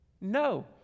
No